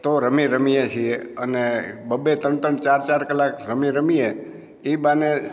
તો રમી રમીએ છીએ અને બબે ત્રણ ત્રણ ચાર ચાર કલાક રમી રમીએ એ બહાને